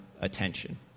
attention